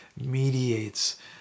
mediates